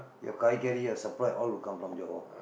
your காய்கறி:kaaikari your supply all will come from Johor